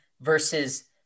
versus